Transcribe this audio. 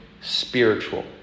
spiritual